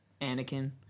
Anakin